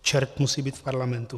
Čert musí být v parlamentu.